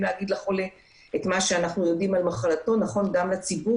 להגיד לחולה את מה שאנחנו יודעים על מחלתו נכון גם לציבור.